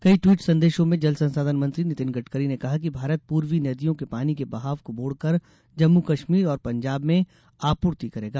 कई ट्वीट संदेशों में जल संसाधन मंत्री नितिन गड़करी ने कहा कि भारत पूर्वी नदियों के पानी के बहाव को मोड़कर जम्मू कश्मीर और पंजाब में आपूर्ति करेगा